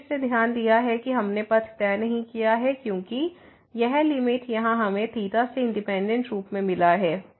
हमने फिर से ध्यान दिया है कि हमने पथ तय नहीं किया है क्योंकि यह लिमिट यहां हमें ϴ से इंडिपेंडेंट रूप में मिला है